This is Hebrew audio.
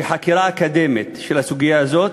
הזאת